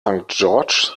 george’s